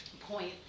point